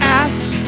ask